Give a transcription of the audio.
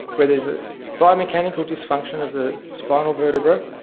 where there is a biomechanical dysfunction of the spinal vertebra,